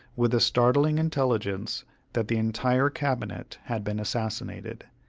with the startling intelligence that the entire cabinet had been assassinated,